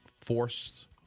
forced